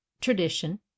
tradition